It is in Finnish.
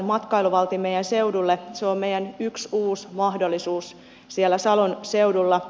se on meidän yksi uusi mahdollisuutemme siellä salon seudulla